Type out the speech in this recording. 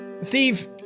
Steve